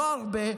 לא הרבה,